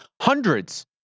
hundreds